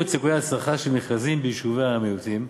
את סיכויי ההצלחה של מכרזים ביישובי המיעוטים,